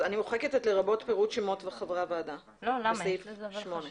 אז אני מוחקת את 'לרבות פירוט שמות חברי הוועדה' בסעיף (8).